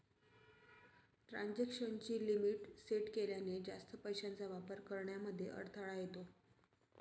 transaction ची limit set केल्याने, जास्त पैशांचा वापर करण्यामध्ये अडथळा येतो